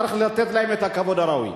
צריך לתת להם את הכבוד הראוי.